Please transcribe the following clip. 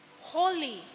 Holy